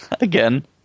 again